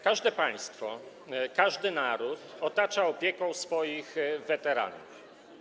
Każde państwo, każdy naród otacza opieką swoich weteranów.